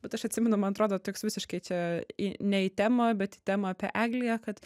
bet aš atsimenu man atrodo toks visiškai čia į ne į temą bet į temą apie egliją kad